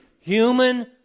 human